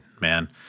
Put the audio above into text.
man